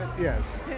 yes